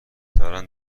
دارن